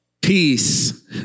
peace